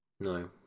No